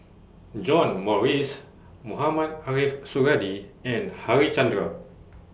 John Morrice Mohamed Ariff Suradi and Harichandra